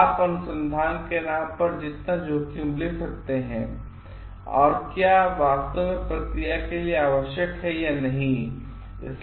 तो आप अनुसंधान के नाम पर कितना जोखिम ले सकते हैं और क्या यह वास्तव में प्रक्रिया के लिए आवश्यक है या नहीं